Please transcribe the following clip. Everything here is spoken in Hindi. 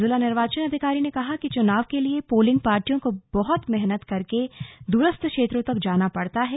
जिला निर्वाचन अधिकारी ने कहा कि चुनाव के लिए पोलिंग पार्टियों को बहुत मेहनत करके दूरस्थ क्षेत्रों तक जाना पड़ता है